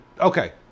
Okay